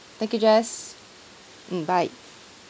thank you jess mm bye